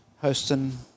hosting